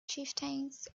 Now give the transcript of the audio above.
chieftains